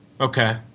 Okay